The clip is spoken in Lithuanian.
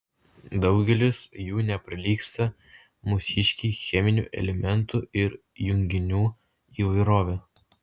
daugelis jų neprilygsta mūsiškei cheminių elementų ir junginių įvairove